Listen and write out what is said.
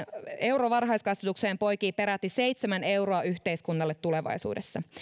euro varhaiskasvatukseen poikii peräti seitsemän euroa yhteiskunnalle tulevaisuudessa